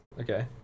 Okay